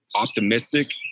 optimistic